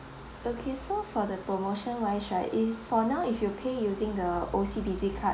okay so for the promotion wise right if for now if you pay using the O_C_B_C card